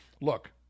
Look